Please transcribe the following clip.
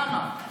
כמה?